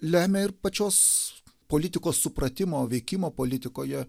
lemia ir pačios politikos supratimo veikimo politikoje